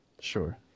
Sure